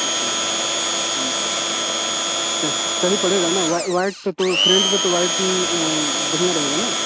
जी तो सही पड़ेगा ना वा वाइट तो फ्रंट पे तो वाइट बढ़िया रहेगा ना